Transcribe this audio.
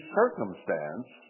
circumstance